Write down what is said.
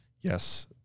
Yes